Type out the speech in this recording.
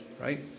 right